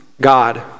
God